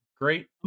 Great